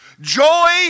Joy